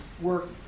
work